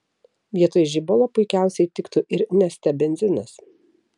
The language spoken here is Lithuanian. vietoj žibalo puikiausiai tiktų ir neste benzinas